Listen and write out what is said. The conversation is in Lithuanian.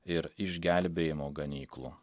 ir išgelbėjimo ganyklų